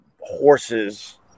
horses